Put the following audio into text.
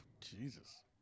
Jesus